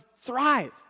thrive